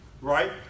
right